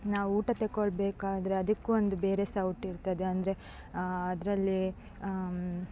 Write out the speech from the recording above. ನಾವು ಊಟ ತೆಗೊಳ್ಬೇಕಾದ್ರೆ ಅದಕ್ಕು ಒಂದು ಬೇರೆ ಸೌಟಿರ್ತದೆ ಅಂದರೆ ಅದರಲ್ಲಿ